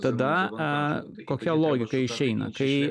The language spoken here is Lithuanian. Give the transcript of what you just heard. tada kokia logika išeina kai